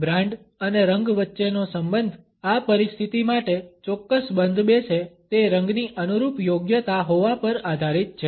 brand અને રંગ વચ્ચેનો સંબંધ આ પરિસ્થિતિ માટે ચોક્કસ બંધ બેસે તે રંગની અનુરૂપ યોગ્યતા હોવા પર આધારિત છે